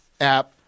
app